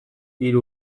hiru